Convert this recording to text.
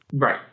Right